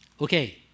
Okay